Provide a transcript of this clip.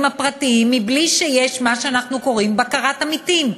הפרטיים מבלי שיש מה שאנחנו קוראים "בקרת עמיתים".